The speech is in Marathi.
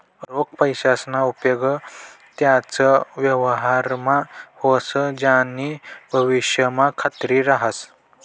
रोख पैसासना उपेग त्याच व्यवहारमा व्हस ज्यानी भविष्यमा खात्री रहास